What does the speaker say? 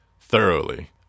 thoroughly